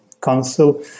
Council